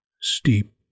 steep